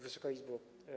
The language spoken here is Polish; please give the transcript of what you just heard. Wysoka Izbo!